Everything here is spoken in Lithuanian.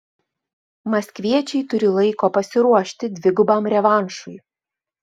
maskviečiai turi laiko pasiruošti dvigubam revanšui